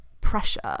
pressure